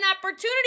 opportunity